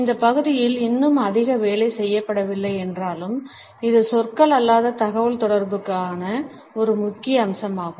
இந்த பகுதியில் இன்னும் அதிக வேலை செய்யப்படவில்லை என்றாலும் இது சொற்கள் அல்லாத தகவல்தொடர்புக்கான ஒரு முக்கிய அம்சமாகும்